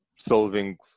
solving